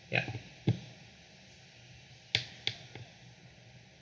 ya